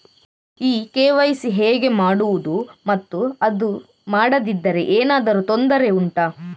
ಈ ಕೆ.ವೈ.ಸಿ ಹೇಗೆ ಮಾಡುವುದು ಮತ್ತು ಅದು ಮಾಡದಿದ್ದರೆ ಏನಾದರೂ ತೊಂದರೆ ಉಂಟಾ